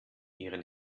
ihren